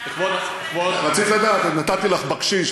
רצית לדעת, אז נתתי לך בקשיש.